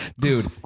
Dude